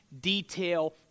detail